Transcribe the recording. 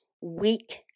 weak